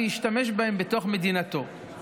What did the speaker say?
וישתמש בהם בתוך מדינתו.